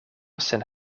sen